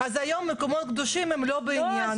אז היום המקומות הקדושים לא בעניין בכלל.